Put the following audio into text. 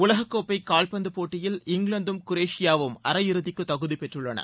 உலகக் கோப்பை காவ்பந்து போட்டியில் இங்கிலாந்தும் குரேஷியாவும் அரையிறுதிக்கு தகுதி பெற்றுள்ளன